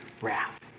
wrath